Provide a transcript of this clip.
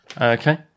Okay